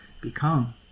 become